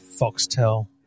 Foxtel